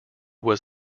was